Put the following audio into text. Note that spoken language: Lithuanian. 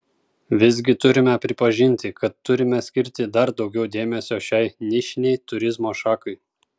visgi turime pripažinti kad turime skirti dar daugiau dėmesio šiai nišinei turizmo šakai